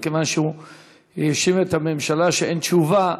מכיוון שהוא האשים את הממשלה שאין תשובה,